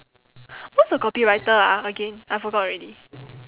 what's a copywriter ah again I forgot already